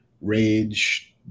rage